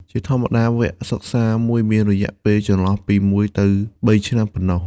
ជាធម្មតា វគ្គសិក្សាមួយមានរយៈពេលចន្លោះពីមួយទៅបីឆ្នាំប៉ុណ្ណោះ។